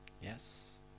Yes